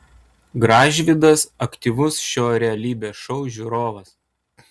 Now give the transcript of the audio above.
gražvydas aktyvus šio realybės šou žiūrovas